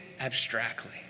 abstractly